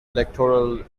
electoral